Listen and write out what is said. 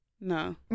No